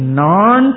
non